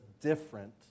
different